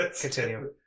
Continue